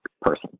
person